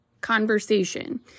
conversation